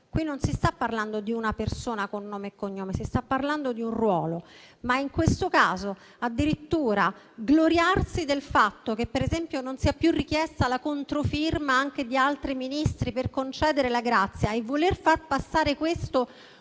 qui non si sta parlando di una persona con nome e cognome, ma si sta parlando di un ruolo. In questo caso, però, gloriarsi addirittura del fatto che non sia più richiesta la controfirma anche di altri Ministri per concedere la grazia e voler far passare questo